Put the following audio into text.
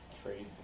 Trade